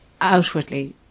outwardly